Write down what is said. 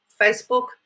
Facebook